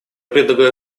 предлагаю